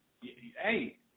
Hey